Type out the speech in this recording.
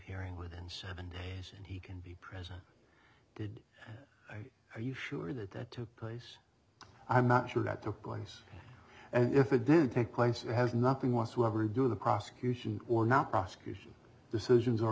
hearing within seven days and he can be present did i are you sure that that took place i'm not sure that took place and if it did take place it has nothing whatsoever to do the prosecution or not prosecution decisions are